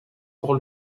pour